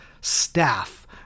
staff